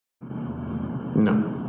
No